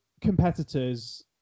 competitors